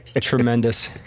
Tremendous